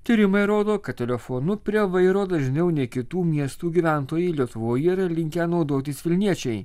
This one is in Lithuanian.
tyrimai rodo kad telefonu prie vairo dažniau nei kitų miestų gyventojai lietuvoje yra linkę naudotis vilniečiai